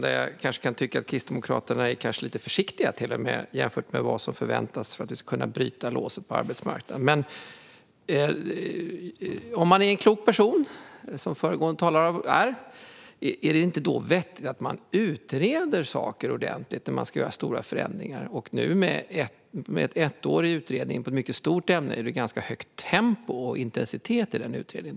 Där kan jag tycka att Kristdemokraterna kanske är lite försiktiga jämfört med vad som förväntas för att vi ska kunna bryta låset på arbetsmarknaden. Om man är en klok person, som föregående talare är, är det då inte vettigt att man utreder saker ordentligt när man ska göra stora förändringar? Nu med en ettårig utredning av ett mycket stort ämne är det dessutom ganska högt tempo och intensitet i utredningen.